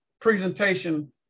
presentation